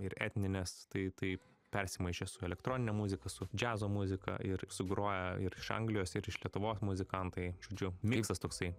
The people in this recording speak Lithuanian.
ir etninės tai taip persimaišė su elektronine muzika su džiazo muzika ir sugroja ir iš anglijos ir iš lietuvos muzikantai žodžiu miksas toksai